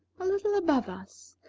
a little above us,